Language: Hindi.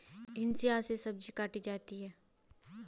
हंसिआ से सब्जी काटी जाती है